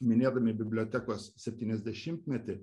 minėdami bibliotekos septyniasdešimtmetį